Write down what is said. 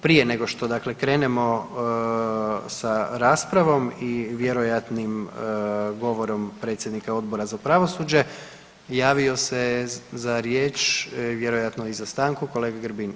Prije nego što dakle krenemo sa raspravom i vjerojatnim govorom predsjednikom Odbora za pravosuđe javio se je za riječ, vjerojatno i za stanku kolega Grbin.